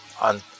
on